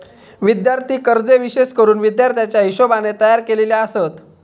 विद्यार्थी कर्जे विशेष करून विद्यार्थ्याच्या हिशोबाने तयार केलेली आसत